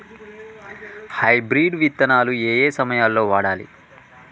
Hybrid విత్తనాలు ఏయే సమయాల్లో వాడాలి?